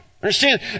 Understand